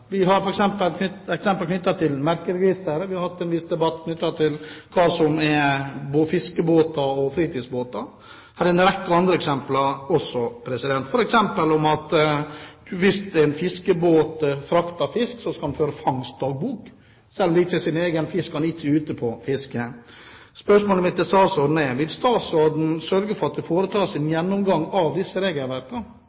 Vi har eksempler knyttet til Merkeregisteret. Vi har hatt en viss debatt knyttet til hva som er fiskebåter, og hva som er fritidsbåter. Det finnes en rekke andre eksempler også. Hvis en fiskebåt frakter fisk, skal den føre fangstdagbok, selv om det ikke er hans egen fisk, og selv om han ikke er ute på fiske. Spørsmålet mitt til statsråden er: Vil statsråden sørge for at det foretas en